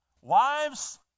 Wives